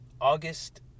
August